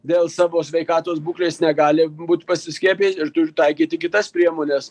dėl savo sveikatos būklės negali būt pasiskiepiję ir turi taikyti kitas priemones